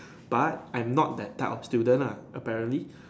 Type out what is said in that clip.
but I am not that type of student lah apparently